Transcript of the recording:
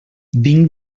vinc